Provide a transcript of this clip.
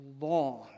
long